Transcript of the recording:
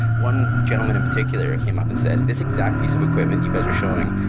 one gentleman in particular came up and said, this exactly piece of equipment you guys are showing,